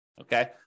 Okay